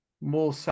more